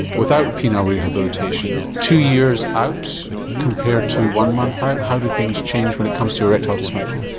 without penile rehabilitation two years out compared to one month out how do things change when it comes to erectile dysfunction?